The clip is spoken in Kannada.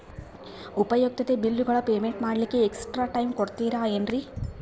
ಉಪಯುಕ್ತತೆ ಬಿಲ್ಲುಗಳ ಪೇಮೆಂಟ್ ಮಾಡ್ಲಿಕ್ಕೆ ಎಕ್ಸ್ಟ್ರಾ ಟೈಮ್ ಕೊಡ್ತೇರಾ ಏನ್ರಿ?